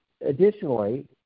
additionally